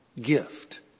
gift